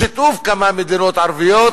בשיתוף כמה מדינות ערביות